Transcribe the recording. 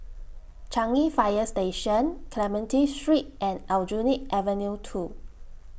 Changi Fire Station Clementi Street and Aljunied Avenue two